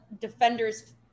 defender's